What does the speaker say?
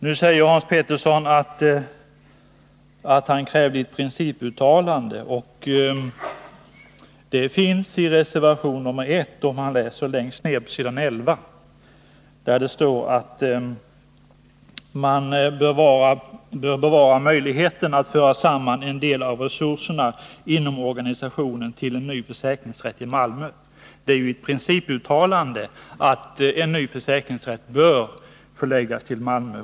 Nu säger Hans Petersson att han kräver ett principuttalande, och det finns i reservation 1. Om han läser längst ner på s. 11 kan han finna att det där står att man bör bevara möjligheten att föra samman en del av resurserna inom organisationen till en ny försäkringsrätt i Malmö. Det är ett principuttalande om att en ny försäkringsrätt bör förläggas till Malmö.